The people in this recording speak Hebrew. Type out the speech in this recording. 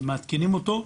מעדכנים אותו,